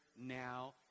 now